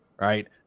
right